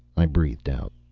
i breathed out.